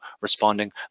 responding